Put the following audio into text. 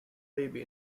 baby